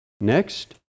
Next